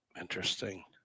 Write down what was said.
Interesting